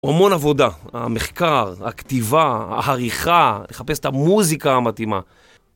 המון עבודה, המחקר, הכתיבה, העריכה, לחפש את המוזיקה המתאימה.